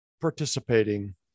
participating